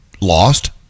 lost